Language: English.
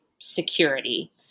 security